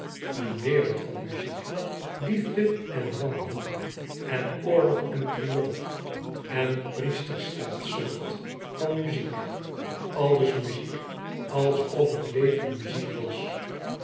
een wereld van muziek liefde en wanhoop en oorlog en triomf en priesterstaatzucht van muziek àlles muziek e ids aargang alsof het leven muziek was